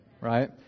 right